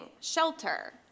shelter